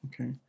Okay